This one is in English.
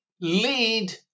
lead